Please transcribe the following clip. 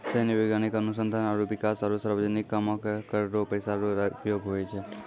सैन्य, वैज्ञानिक अनुसंधान आरो बिकास आरो सार्वजनिक कामो मे कर रो पैसा रो उपयोग हुवै छै